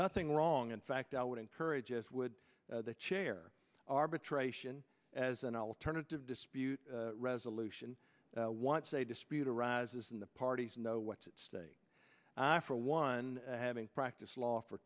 nothing wrong in fact i would encourage as would the chair arbitration as an alternative dispute resolution what's a dispute arises in the parties know what's at stake i for one having practiced law for